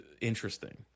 interesting